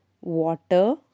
water